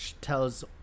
tells